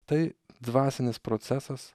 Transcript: tai dvasinis procesas